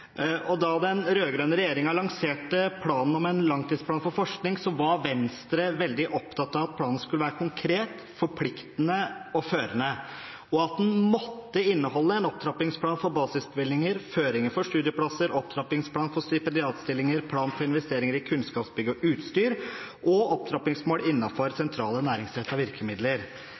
behandling. Da den rød-grønne regjeringen lanserte planen om en langtidsplan for forskning, var Venstre veldig opptatt av at planen skulle være konkret, forpliktende og førende, og at den måtte inneholde en opptrappingsplan for basisbevilgninger, føringer for studieplasser, opptrappingsplan for stipendiatstillinger, plan for investeringer i kunnskapsbygg og utstyr og opptrappingsmål